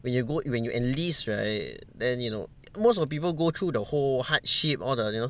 when you go when you enlist right then you know most of people go through the whole hardship all the you know